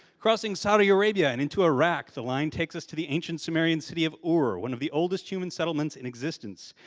crossing saudi arabia and into iraq, the line take us to the ancient sumerian city of ur, one of the oldest human settlements in existence.